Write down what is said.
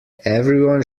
everyone